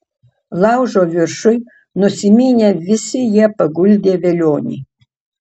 laužo viršuj nusiminę visi jie paguldė velionį